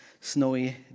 snowy